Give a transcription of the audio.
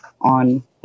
on